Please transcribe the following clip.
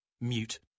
Mute